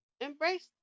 Embrace